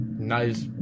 nice